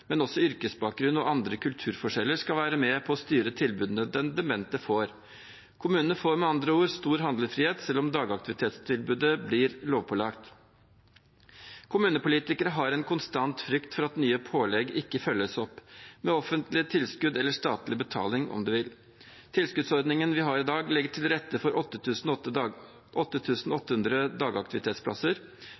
Men også yrkesbakgrunn og andre kulturforskjeller skal være med på å styre tilbudene den demente får. Kommunene får med andre ord stor handlefrihet, selv om dagaktivitetstilbudet blir lovpålagt. Kommunepolitikere har en konstant frykt for at nye pålegg ikke følges opp med offentlige tilskudd eller statlig betaling, om man vil. Tilskuddsordningene vi har i dag, legger til rette for